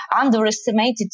underestimated